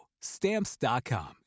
Stamps.com